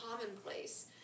commonplace